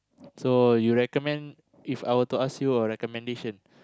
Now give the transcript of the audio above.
so you recommend If I were to ask you a recommendation